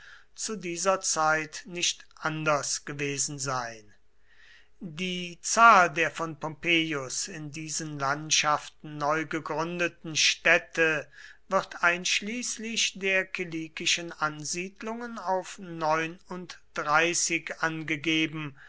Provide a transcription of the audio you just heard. zu dieser zeit nicht anders gewesen sein die zahl der von pompeius in diesen landschaften neu gegründeten städte wird einschließlich der kilikischen ansiedlungen auf neununddreißig angegeben